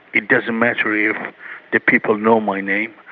it doesn't matter if the people know my name,